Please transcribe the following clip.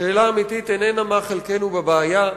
השאלה האמיתית איננה מה חלקנו בבעיה,